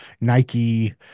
Nike